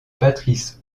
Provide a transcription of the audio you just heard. patrice